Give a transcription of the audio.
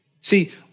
See